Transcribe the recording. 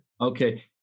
Okay